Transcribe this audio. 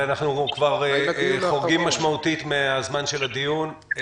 אנחנו כבר חורגים משמעותית מהזמן של הדיון.